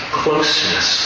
closeness